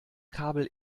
kabel